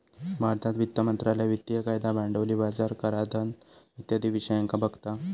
भारतात वित्त मंत्रालय वित्तिय कायदा, भांडवली बाजार, कराधान इत्यादी विषयांका बघता